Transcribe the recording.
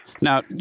Now